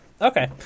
Okay